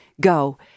go